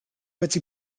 wedi